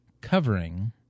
covering